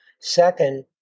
Second